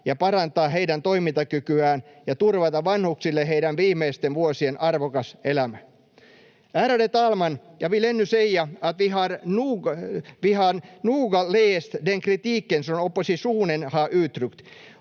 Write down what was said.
parantaa heidän toimintakykyään ja turvata vanhuksille heidän viimeisten vuosiensa arvokas elämä. Ärade talman! Jag vill ännu säga att vi noga har läst den kritik som oppositionen har uttryckt,